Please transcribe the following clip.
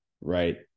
Right